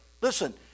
listen